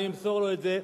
אני אמסור לו את זה.